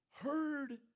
Heard